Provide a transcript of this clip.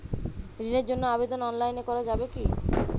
ঋণের জন্য আবেদন অনলাইনে করা যাবে কি?